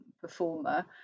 performer